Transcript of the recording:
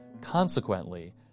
Consequently